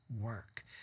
work